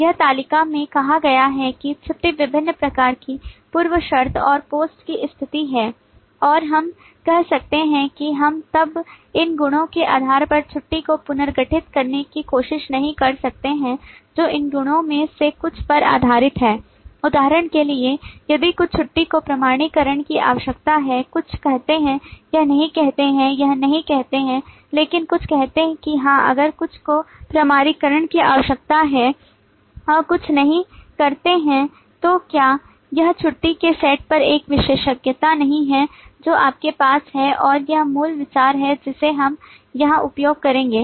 इस तालिका में कहा गया है कि छुट्टी विभिन्न प्रकार की पूर्व शर्त और पोस्ट की स्थिति हैं और हम कह सकते हैं कि हम तब इन गुणों के आधार पर छुट्टी को पुनर्गठित करने की कोशिश नहीं कर सकते हैं जो इन गुणों में से कुछ पर आधारित है उदाहरण के लिए यदि कुछ छुट्टी को प्रमाणीकरण की आवश्यकता है कुछ कहते हैं यह नहीं कहते हैं यह नहीं कहते हैं लेकिन कुछ कहते हैं कि हां अगर कुछ को प्रमाणीकरण की आवश्यकता है और कुछ नहीं करते हैं तो क्या यह छुट्टी के सेट पर एक विशेषज्ञता नहीं है जो आपके पास है और यह मूल विचार है जिसे हम यहां उपयोग करेंगे